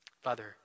Father